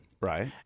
Right